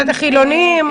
חילוניים.